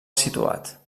situat